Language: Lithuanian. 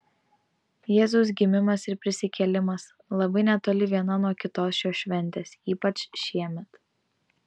jėzaus gimimas ir prisikėlimas labai netoli viena nuo kitos šios šventės ypač šiemet